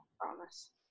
promise